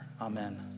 Amen